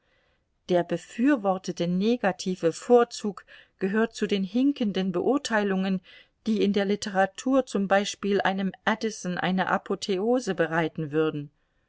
der befürwortete negative vorzug gehört zu den hinkenden beurteilungen die in der literatur zum beispiel einem addison eine apotheose bereiten würden